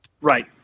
right